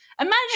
imagine